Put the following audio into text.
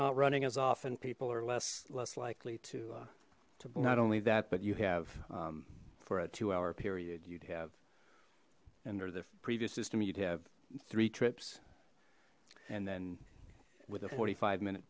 not running as often people are less less likely to not only that but you have for a two hour period you'd have and or the previous system you'd have three trips and then with a forty five minute